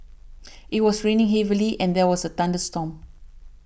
it was raining heavily and there was a thunderstorm